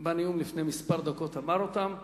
בנאום לפני כמה דקות אמר אותם,